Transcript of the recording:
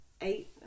eight